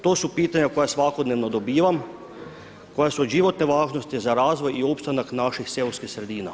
To su pitanja koja svakodnevno dobivam, koja su od životne važnosti, za razvoj i ostanak naših seoskih sredina.